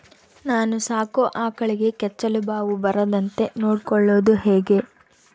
ನಾನು ಸಾಕೋ ಆಕಳಿಗೆ ಕೆಚ್ಚಲುಬಾವು ಬರದಂತೆ ನೊಡ್ಕೊಳೋದು ಹೇಗೆ?